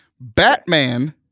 Batman